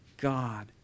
God